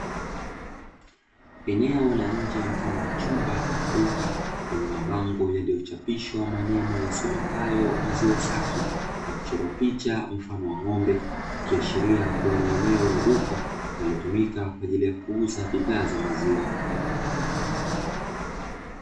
Eneo la nje mfano wa chumba ama duka lenye mabango yaliyochapishwa maneno yasomekayo "maziwa safi", na kuchorwa picha mfano wa ng'ombe, ikiashiria kuwa ni eneo la duka linalotumika kwa ajili ya kuuza bidhaa za maziwa.